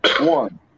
One